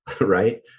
Right